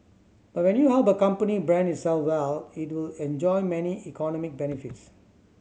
but when you help a company brand itself well it will enjoy many economic benefits